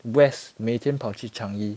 west 每天跑去 changi